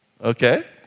okay